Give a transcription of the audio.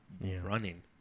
running